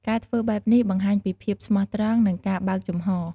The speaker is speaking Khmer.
ការធ្វើបែបនេះបង្ហាញពី ភាពស្មោះត្រង់ និងការបើកចំហ។